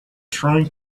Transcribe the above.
trying